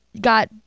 got